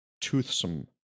toothsome